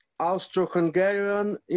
Austro-Hungarian